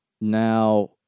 Now